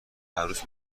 عروس